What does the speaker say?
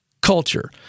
culture